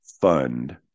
fund